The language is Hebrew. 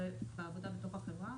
ובעבודה בתוך החברה